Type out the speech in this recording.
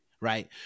right